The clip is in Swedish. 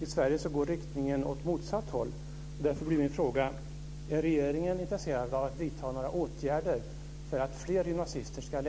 I Sverige går riktningen åt motsatt håll.